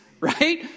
Right